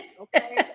Okay